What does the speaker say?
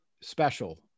special